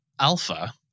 Alpha